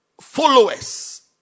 followers